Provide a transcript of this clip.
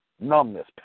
numbness